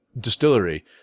Distillery